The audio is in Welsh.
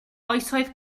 oesoedd